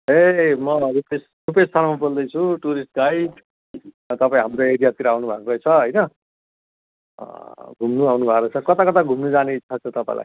ए म रूपेश रूपेश शर्मा बोल्दैछु tourist guide तपाईँ हाम्रो एरियातिर आउनु भएको रहेछ होइन घुम्नु आउनु भएको रहेछ कता कता घुम्नु जाने इच्छा छ तपाईँलाई